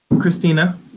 christina